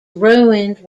ruined